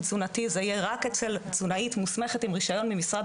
תזונתי זה יהיה רק אצל תזונאית מוסמכת עם רישיון ממשרד